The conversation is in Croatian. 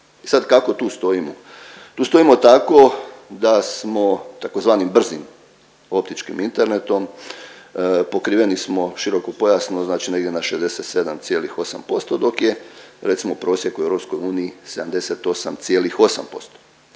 i sad kako tu stojimo? Tu stojimo tako da smo tzv. brzim optičkim internetom, pokriveni smo širokopojasno znači negdje na 67,8% dok je recimo prosjek u EU 78,8%.